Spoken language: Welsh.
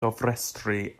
gofrestru